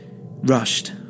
rushed